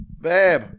Babe